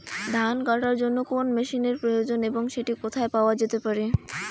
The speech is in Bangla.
ধান কাটার জন্য কোন মেশিনের প্রয়োজন এবং সেটি কোথায় পাওয়া যেতে পারে?